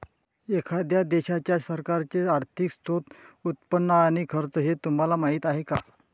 एखाद्या देशाच्या सरकारचे आर्थिक स्त्रोत, उत्पन्न आणि खर्च हे तुम्हाला माहीत आहे का